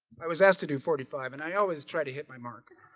i was asked to do forty five and i always try to hit my mark